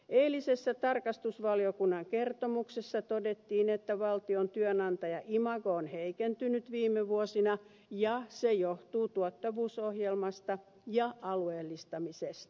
eilisessä tarkastusvaliokunnan kertomuksessa todettiin että valtion työnantajaimago on heikentynyt viime vuosina ja se johtuu tuottavuusohjelmasta ja alueellistamisesta